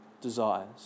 desires